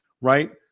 right